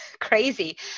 crazy